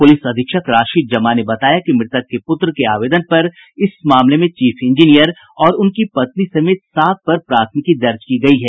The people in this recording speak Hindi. पुलिस अधीक्षक राशीद जमा ने बताया कि मृतक के पुत्र के आवेदन पर इस मामले में चीफ इंजीनियर और उनकी पत्नी समेत सात पर प्राथमिकी दर्ज की गयी है